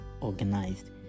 organized